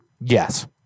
Yes